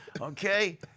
Okay